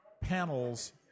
panels